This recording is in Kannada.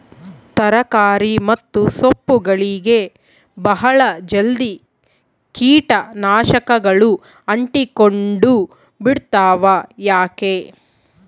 ತರಕಾರಿ ಮತ್ತು ಸೊಪ್ಪುಗಳಗೆ ಬಹಳ ಜಲ್ದಿ ಕೇಟ ನಾಶಕಗಳು ಅಂಟಿಕೊಂಡ ಬಿಡ್ತವಾ ಯಾಕೆ?